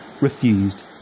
refused